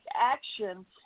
action